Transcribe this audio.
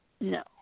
No